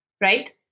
right